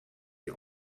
die